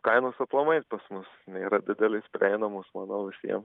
kainos aplamai pas mus nėra didelės prieinamos manau visiem